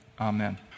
Amen